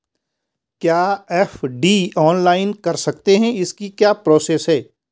क्या FD online कर सकते हैं इसकी क्या प्रोसेस है?